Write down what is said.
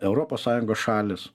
europos sąjungos šalys